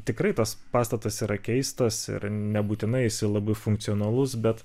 tikrai tas pastatas yra keistas ir nebūtinai jisai labai funkcionalus bet